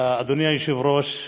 אדוני היושב-ראש,